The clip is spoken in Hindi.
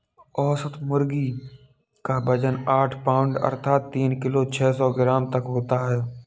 औसत मुर्गी क वजन आठ पाउण्ड अर्थात तीन किलो छः सौ ग्राम तक होता है